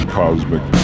cosmic